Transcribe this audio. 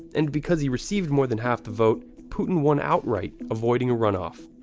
and because he received more than half the vote, putin won outright, avoiding a runoff.